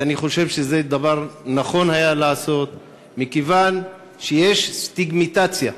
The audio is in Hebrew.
ואני חושב שזה היה דבר נכון לעשות מכיוון שיש סטיגמטיזציה,